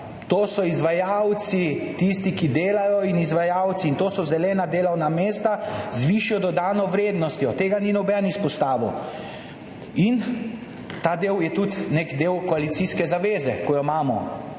to so izvajalci in tisti, ki delajo. To so zelena delovna mesta z višjo dodano vrednostjo. Tega ni noben izpostavil. In ta del je tudi nek del koalicijske zaveze, ki jo imamo,